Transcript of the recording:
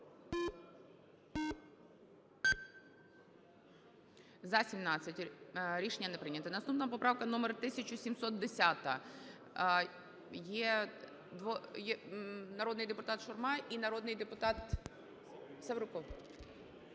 За-17 Рішення не прийнято. Наступна поправка номер 1710. Є двоє, є народний депутат Шурма і народний депутат Севрюков.